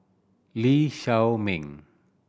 Lee Shao Meng